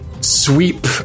sweep